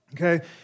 Okay